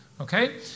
okay